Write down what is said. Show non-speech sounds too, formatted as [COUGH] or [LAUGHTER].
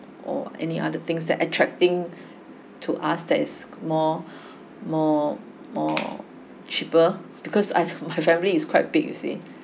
or any other things that attracting to us that is more [BREATH] more more cheaper because I [LAUGHS] my family is quite big you see